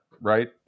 right